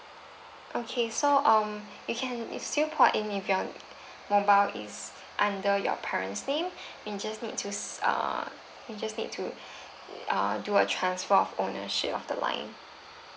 okay so um you can you still port in if your mobile is under your parent's name you just need to err you just need to uh do a transfer of ownership of the line